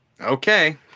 Okay